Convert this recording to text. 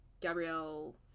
Gabrielle